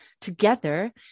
together